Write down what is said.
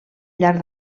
llarg